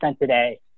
today